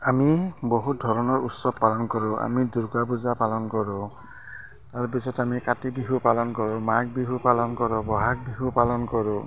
আমি বহুত ধৰণৰ উৎসৱ পালন কৰোঁ আমি দুৰ্গা পূজা পালন কৰোঁ তাৰপিছত আমি কাতি বিহু পালন কৰোঁ মাঘ বিহু পালন কৰোঁ বহাগ বিহু পালন কৰোঁ